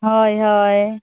ᱦᱳᱭ ᱦᱳᱭ